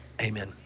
amen